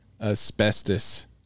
asbestos